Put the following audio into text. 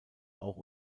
auch